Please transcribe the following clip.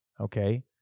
Okay